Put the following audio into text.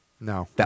No